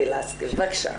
רוצה.